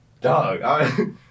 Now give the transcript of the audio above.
dog